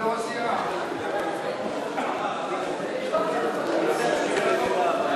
את הצעת חוק העונשין (תיקון,